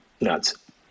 nuts